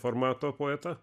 formato poetą